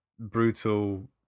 brutal